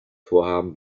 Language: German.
vorhaben